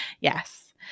Yes